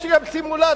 יש גם סימולטור.